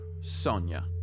Sonia